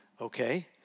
Okay